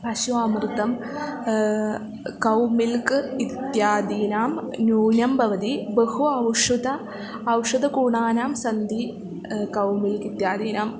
पशुः अमृतं cow milk इत्यादीनां न्यूनं भवति बहु औषधम् औषधकरणानां सन्ति कौ मिल्क् इत्यादीनां